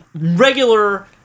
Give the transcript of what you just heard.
regular